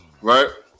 right